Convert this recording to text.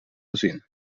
gezin